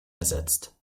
ersetzt